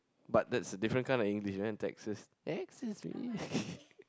but that's a different kind of English right Texas Texas